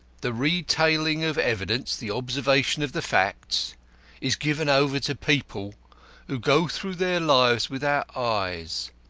the retailing of evidence the observation of the facts is given over to people who go through their lives without eyes